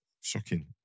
shocking